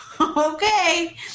Okay